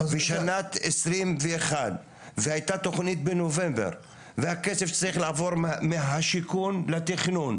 בשנת 2021 והייתה תכנית בנובמבר והכסף צריך לעבור מהשיכון לתכנון,